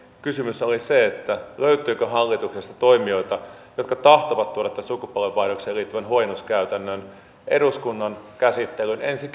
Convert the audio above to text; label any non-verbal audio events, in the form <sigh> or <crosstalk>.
kysymys oli se löytyykö hallituksesta toimijoita jotka tahtovat tuoda tämän sukupolvenvaihdokseen liittyvän huojennuskäytännön eduskunnan käsittelyyn ensi <unintelligible>